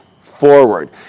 forward